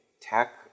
tech